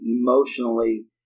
emotionally